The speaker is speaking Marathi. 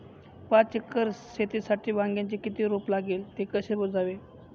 पाच एकर शेतीसाठी वांग्याचे किती रोप लागेल? ते कसे मोजावे?